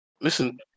Listen